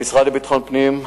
המשרד לביטחון פנים,